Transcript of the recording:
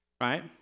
right